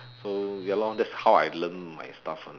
so ya lor that's how I learn my stuff [one]